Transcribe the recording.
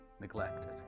neglected